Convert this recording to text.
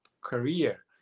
career